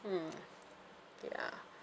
mm yeah